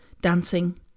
dancing